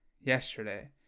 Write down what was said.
yesterday